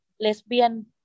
lesbian